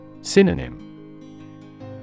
Synonym